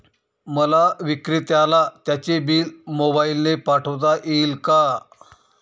मला विक्रेत्याला त्याचे बिल मोबाईलने पाठवता येईल का?